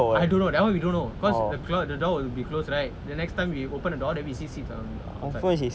I don't know that [one] we don't know because the door will be closed right the next time we open the door then we see seeds outside